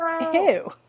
Ew